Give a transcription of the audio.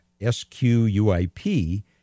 S-Q-U-I-P